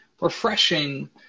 refreshing